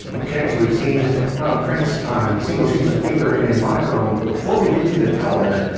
and okay so we've seen how it prints on single sheets of paper in monochrome. but before we get to the color,